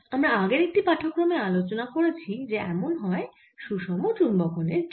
আমরা আগের একটি পাঠক্রমে আলোচনা করেছি যে এমন হয় সুষম চুম্বকনের জন্য